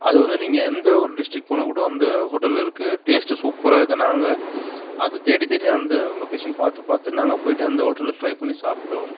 அதை வந்து நீங்கள் எந்த ஒரு டிஸ்ட்ரிக் போனால் கூட அந்த ஹோட்டல் இருக்குது டேஸ்ட்டு சூப்பராக இருக்குது நாங்கள் அது தேடி தேடி அந்த லொகேஷன் பார்த்து பார்த்து நாங்கள் போய்விட்டு அந்த ஹோட்டலில் டிரை பண்ணி சாப்பிட்டோம்